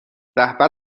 رهبر